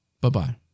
bye-bye